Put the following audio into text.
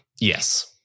Yes